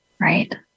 right